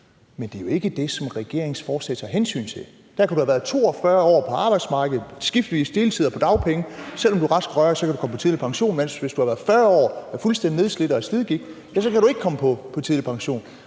Men det er ikke det, som regeringens forslag tager hensyn til: Der kan du have været 42 år på arbejdsmarkedet, skiftevis deltid og på dagpenge, og selv om du er rask og rørig, kan du komme på tidlig pension, mens du, hvis du har været der 40 år og er fuldstændig nedslidt og har slidgigt, ja, så kan du ikke komme på tidlig pension.